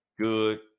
Good